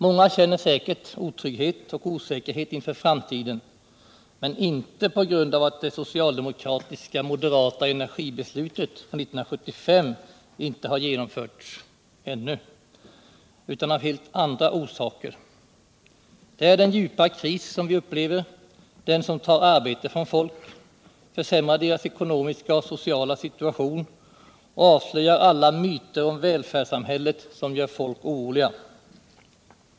Många känner säkert otrygghet och osäkerhet inför framtiden, men inte på grund av att det socialdemokratisk-moderata energibeslutet från 1975 inte har genomförts ännu utan av helt andra orsaker. Det är den djupa kris som vi upplever, den som tar arbete från folk, försämrar deras ekonomiska och sociala situation och avslöjar alla myter om välfärdssamhället, som gör folk oroliga.